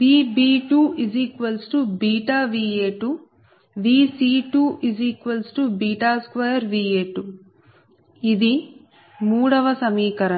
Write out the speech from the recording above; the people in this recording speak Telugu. Vb2βVa2 Vc22Va2 ఇది 3 వ సమీకరణం